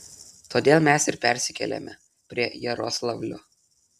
todėl mes ir persikėlėme prie jaroslavlio